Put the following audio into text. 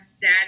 dad